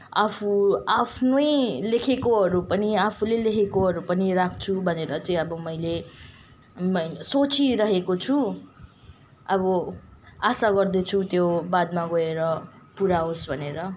आफू आफ्नै लेखेकोहरू पनि आफूले लेखेकोहरू पनि राख्छु भनेर चाहिँ अब मैले सोचिरहेको छु अब आशा गर्दछु त्यो बादमा गएर पुरा होस् भनेर